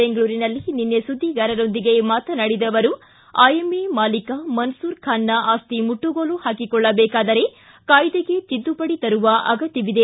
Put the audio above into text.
ಬೆಂಗಳೂರಿನಲ್ಲಿ ನಿನ್ನೆ ಸುದ್ದಿಗಾರರೊಂದಿಗೆ ಮಾತನಾಡಿದ ಅವರು ಐಎಂಎ ಮಾಲೀಕ ಮನ್ನೂರ್ ಖಾನ್ನ ಆಸ್ತಿ ಮುಟ್ಟುಗೋಲು ಹಾಕಿಕೊಳ್ಳಬೇಕಾದರೆ ಕಾಯ್ದೆಗೆ ತಿದ್ದುಪಡಿ ತರುವ ಅಗತ್ಯವಿದೆ